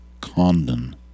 Condon